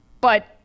But-